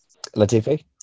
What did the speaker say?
Latifi